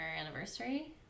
anniversary